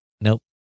Nope